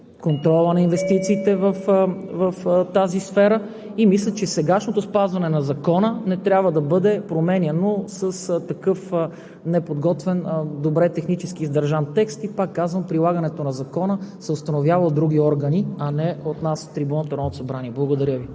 контрола на инвестициите в тази сфера. И мисля, че сегашното спазване на Закона не трябва да бъде променяно с неподготвен добре, технически неиздържан текст и, пак казвам, прилагането на закона се установява от други органи, а не от нас от трибуната на Народното събрание. Благодаря Ви.